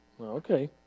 okay